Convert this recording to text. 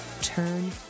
Turn